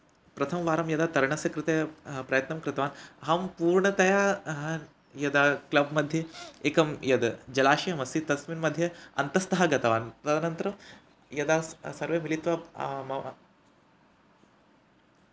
प्रथमवारं यदा तरणस्य कृते प्रयत्नं कृतवान् अहं पूर्णतया यदा क्लब् मध्ये एकं यद् जलाशयमस्ति तस्मिन् मध्ये अन्तस्थः गतवान् तदनन्तरं यदा स सर्वे मिलित्वा मम